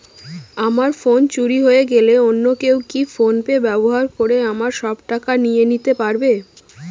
আমার ফোন চুরি হয়ে গেলে অন্য কেউ কি ফোন পে ব্যবহার করে আমার সব টাকা নিয়ে নিতে পারবে?